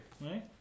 right